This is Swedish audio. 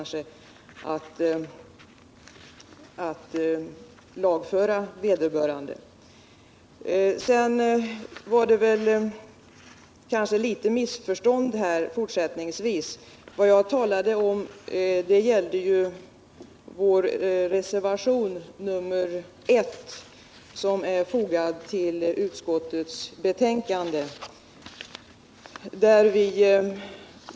Sedan uppstod det måhända ett litet missförstånd. Vad jag talade om var reservationen 1 vid utskottets betänkande.